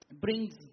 brings